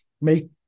make